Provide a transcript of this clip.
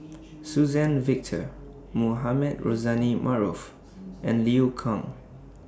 Suzann Victor Mohamed Rozani Maarof and Liu Kang